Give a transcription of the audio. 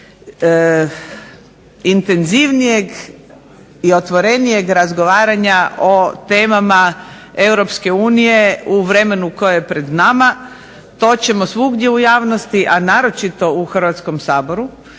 intenzivnijeg i otvorenijeg razgovaranja o temama Europske unije u vremenu koje je pred nama. To ćemo svugdje u javnosti, a naročito u Hrvatskom saboru